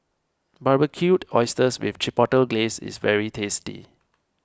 Barbecued Oysters with Chipotle Glaze is very tasty